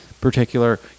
particular